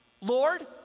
Lord